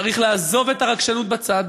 צריך לעזוב את הרגשנות בצד,